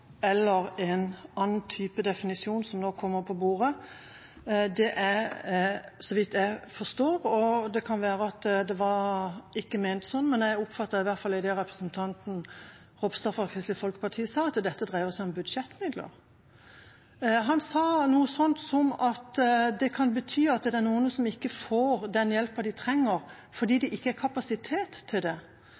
eller om en annen type definisjon som nå kommer på bordet, dreier seg, så vidt jeg forstår – og det kan være at det ikke var ment sånn, men jeg oppfattet det i hvert fall sånn i det representanten Ropstad fra Kristelig Folkeparti sa – om budsjettmidler. Han sa noe sånt som at det kan bety at det er noen som ikke får den hjelpen de trenger fordi det ikke er kapasitet til det.